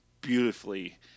beautifully